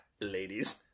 ladies